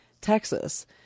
Texas